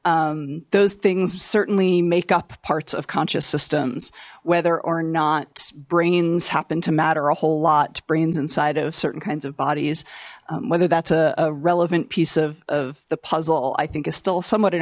those things certainly make up parts of conscious systems whether or not brains happen to matter a whole lot brains inside of certain kinds of bodies whether that's a relevant piece of the puzzle i think is still somewhat an